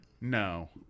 No